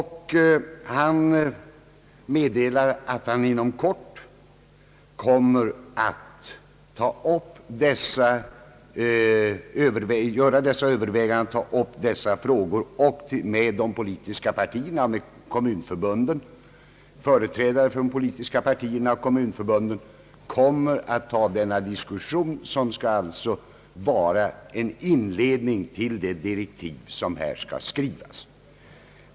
Han meddelar att han inom kort kommer att ta upp dessa frågor till övervägande med företrädare för de politiska partierna och kommunförbunden. Denna diskussion skall alltså föregå utformningen av direktiven.